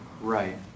Right